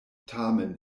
tamen